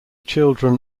children